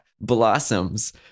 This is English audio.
blossoms